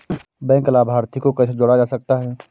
Bank लाभार्थी को कैसे जोड़ा जा सकता है?